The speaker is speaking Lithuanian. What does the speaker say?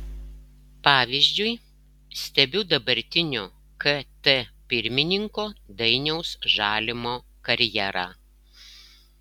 pavyzdžiui stebiu dabartinio kt pirmininko dainiaus žalimo karjerą